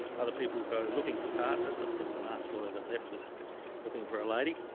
other people go looking for partners. i think the last lawyer that left was looking for a lady.